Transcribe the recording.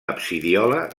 absidiola